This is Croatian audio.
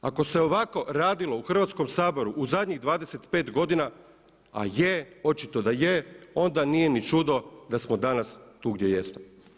Ako se ovako radilo u Hrvatskom saboru u zadnjih 25 godina, a je, očito da je, onda nije ni čudo da smo danas tu gdje jesmo.